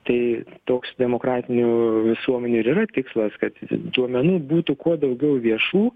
tai toks demokratinių visuomenių ir yra tikslas kad duomenų būtų kuo daugiau viešų